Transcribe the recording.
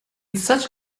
such